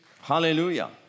Hallelujah